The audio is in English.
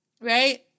right